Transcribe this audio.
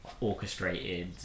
orchestrated